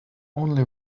only